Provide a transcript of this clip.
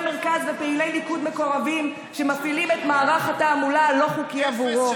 מרכז ופעילי ליכוד מקורבים שמפעילים את מערך התעמולה הלא-חוקי עבורו.